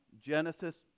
genesis